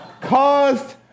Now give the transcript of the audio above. caused